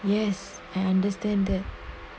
yes I understand that